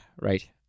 right